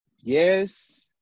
Yes